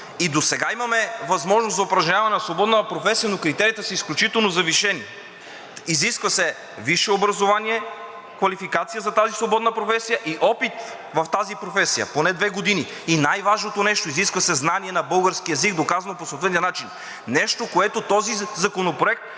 И досега имаме възможност за упражняване на свободна професия, но критериите са изключително завишени. Изисква се висше образование, квалификация за тази свободна професия и опит в тази професия поне две години. И най-важното нещо, изисква се знание на български език, доказано по съответния начин. Нещо, което този законопроект